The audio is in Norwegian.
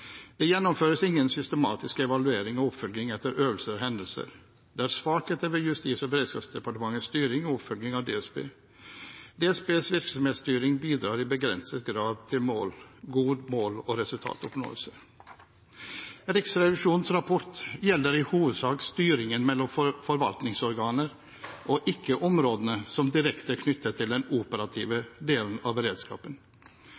Det gjennomføres ingen systematisk evaluering og oppfølging etter øvelser og hendelser. Det er svakheter ved Justis- og beredskapsdepartementets styring og oppfølging av DSB. DSBs virksomhetsstyring bidrar i begrenset grad til god mål- og resultatoppnåelse. Riksrevisjonens rapport gjelder i hovedsak styringen mellom forvaltningsorganer og ikke områdene som direkte er knyttet til den operative delen av beredskapen.